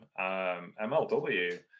MLW